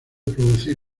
producir